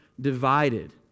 divided